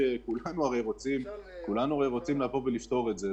כולנו הרי רוצים לבוא ולפתור את זה,